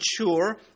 mature